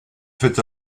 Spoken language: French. fait